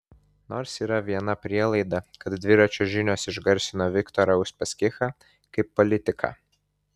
nors yra viena prielaida kad dviračio žinios išgarsino viktorą uspaskichą kaip politiką